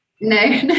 No